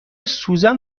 سوزن